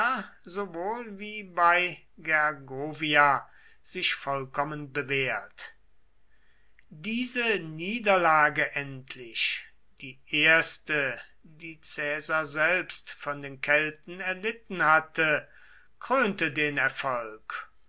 sowohl wie bei gergovia sich vollkommen bewährt diese niederlage endlich die erste die caesar selbst von den kelten erlitten hatte krönte den erfolg